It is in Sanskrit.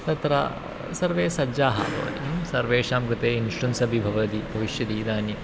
तत्र सर्वे सज्जाः ह्म् सर्वेषां कृते इन्श्रन्स् अपि भवति भविष्यति इदानीं